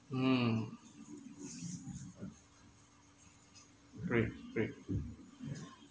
mm great great